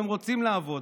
הם רוצים לעבוד,